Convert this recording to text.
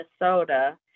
Minnesota